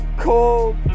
Cold